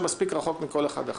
מספיק רחוק מכל אחד אחר.